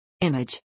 Image